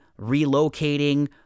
relocating